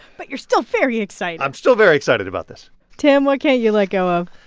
but you're still very excited i'm still very excited about this tim, what can't you let go of?